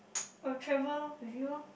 I'll travel lor with you lor